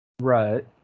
Right